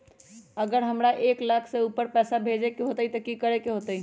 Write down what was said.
अगर हमरा एक लाख से ऊपर पैसा भेजे के होतई त की करेके होतय?